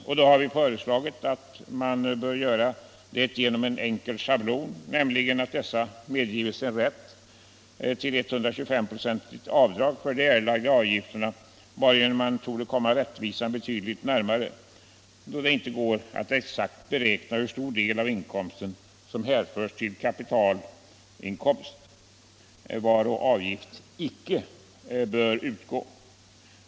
Vi har föreslagit att man bör göra det genom en enkel schablon, nämligen att dessa medgives rätt till 125 ?6 avdrag för de erlagda avgifterna, varigenom man borde komma rättvisan betydligt närmare, då det inte går att exakt beräkna hur stor del av inkomsten som hänförs till kapitalinkomst varå avgift icke bör utgå.